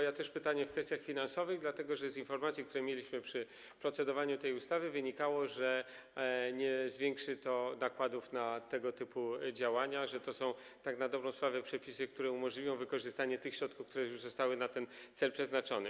Ja też mam pytanie w kwestiach finansowych, dlatego że z informacji, które mieliśmy przy procedowaniu tej ustawy, wynikało, że nie zwiększy to nakładów na tego typu działania, że to są tak na dobrą sprawę przepisy, które umożliwią wykorzystanie tych środków, które już zostały na ten cel przeznaczone.